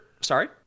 sorry